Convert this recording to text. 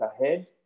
ahead